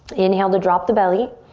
inhale to drop the belly.